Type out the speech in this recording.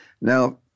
Now